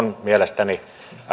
mielestäni